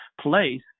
place